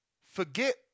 Forget